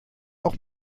auch